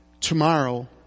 tomorrow